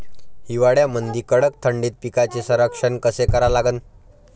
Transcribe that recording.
हिवाळ्यामंदी कडक थंडीत पिकाचे संरक्षण कसे करा लागन?